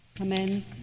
Amen